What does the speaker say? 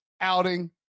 outing